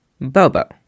Bobo